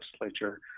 legislature